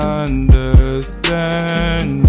understand